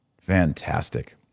Fantastic